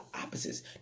opposites